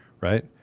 right